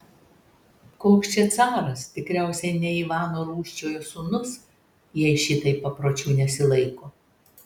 koks čia caras tikriausiai ne ivano rūsčiojo sūnus jei šitaip papročių nesilaiko